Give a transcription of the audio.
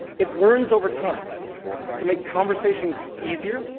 it learns over time to make conversations easier,